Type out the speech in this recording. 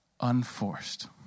unforced